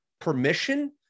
permission